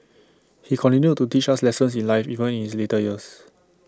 he continued to teach us lessons in life even in his later years